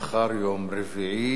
יום רביעי,